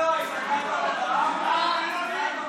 חברי הכנסת,